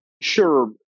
Sure